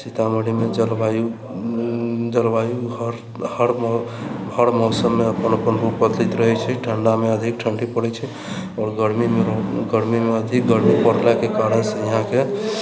सीतामढ़ीमे जलवायु जलवायु हर हर हर मौसममे अपन अपन रुप बदलैत रहै छै ठण्डामे अधिक ठण्डी पड़ै छै आओर गरमीमे गरमीमे अधिक गरमी पड़लाके कारणसँ यहाँके